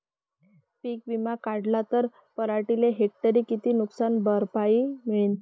पीक विमा काढला त पराटीले हेक्टरी किती नुकसान भरपाई मिळीनं?